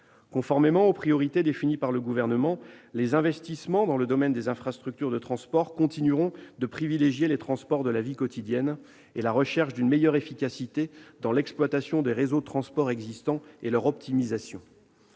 Conformément aux priorités définies par le Gouvernement, les investissements dans le domaine des infrastructures de transport continueront de privilégier les transports de la vie quotidienne, la recherche d'une meilleure efficacité dans l'exploitation des réseaux de transport existants et leur optimisation.